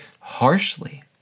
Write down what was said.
harshly